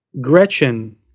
Gretchen